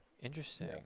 Interesting